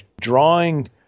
drawing